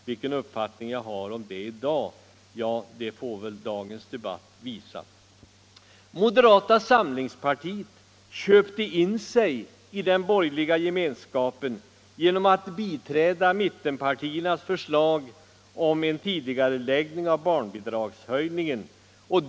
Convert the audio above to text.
Vilken uppfattning jag kommer till i dag får väl dagens debatt visa. Moderata samlingspartiet köpte in sig i den borgerliga gemenskapen genom att biträda mittenpartiernas förslag om en tidigareläggning av barnbidragshöjningen.